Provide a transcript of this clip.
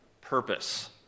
purpose